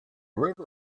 river